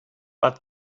but